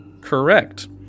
Correct